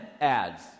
ads